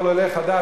כל עולה חדש,